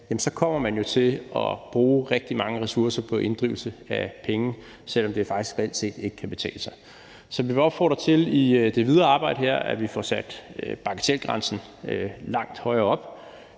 så kommer man jo til at bruge rigtig mange ressourcer på inddrivelse af penge, selv om det faktisk reelt set ikke kan betale sig. Så vi vil opfordre til i det videre arbejde her, at vi får sat bagatelgrænsen langt højere op.